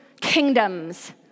kingdoms